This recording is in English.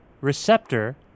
Receptor